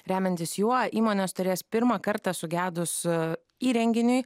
remiantis juo įmonės turės pirmą kartą sugedus įrenginiui